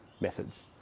methods